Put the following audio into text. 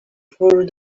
for